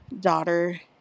daughter